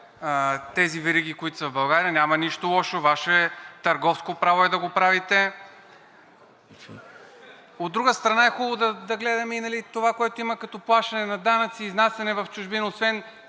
тези вериги, които са в България, няма нищо лошо, Ваше търговско право е да го правите. От друга страна е хубаво да гледаме и това, което има като плащане на данъци и изнасяне в чужбина, освен